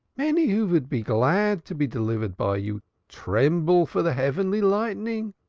many who vould be glad to be delivered by you tremble for de heavenly lightning.